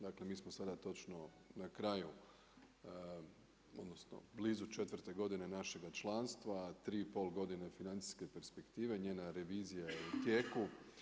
Dakle mi smo sada točno na kraju odnosno blizu četvrte godine našega članstva, a tri i pol godine financijske perspektive, njena revizija je u tijeku.